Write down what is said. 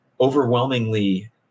overwhelmingly